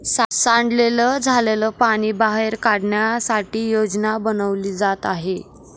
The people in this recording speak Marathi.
साठलेलं झालेल पाणी बाहेर काढण्यासाठी योजना बनवली जात आहे